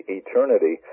eternity